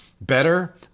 Better